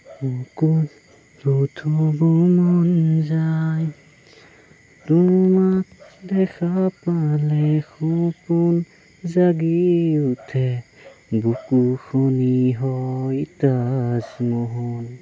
চকুত মন যায় তোমাক দেখা পালে সপোন জাগি উঠে বুকুখনি হয় তাজমহল